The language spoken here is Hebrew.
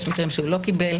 יש מקרים שהוא לא קיבל.